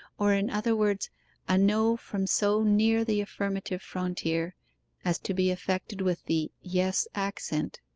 or in other words a no from so near the affirmative frontier as to be affected with the yes accent.